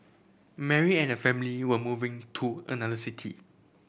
Mary and her family were moving to another city